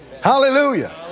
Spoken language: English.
Hallelujah